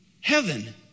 Heaven